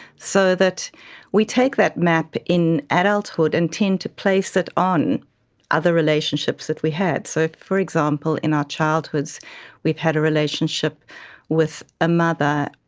so that we take that map in adulthood and tend to place it on other relationships that we had. so, for example, in our childhoods we've had a relationship with a mother,